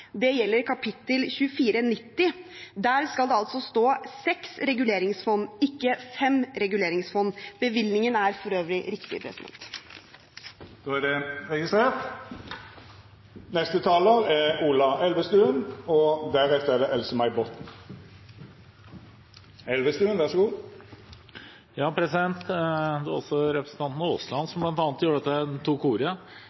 Det gjelder kapittel 2490. Der skal det altså stå «6 Reguleringsfond», ikke «5 Reguleringsfond». Bevilgningen er for øvrig riktig. Då er det registrert. Det var bl.a. representanten Aasland